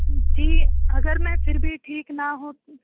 جی اگر میں پھر بھی ٹھیک نہ ہو